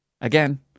Again